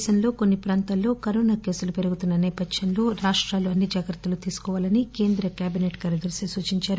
దేశంలో కొన్ని ప్రాంతాల్లో కరోనా కేసులు పెరుగుతున్న నేపథ్యంలో రాష్టాల్లు అన్నీ జాగ్రత్తలు తీసుకోవాలని కేంద్ర కాబినెట్ కార్యదర్ని సూచించారు